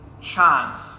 chance